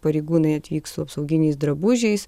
pareigūnai atvyks su apsauginiais drabužiais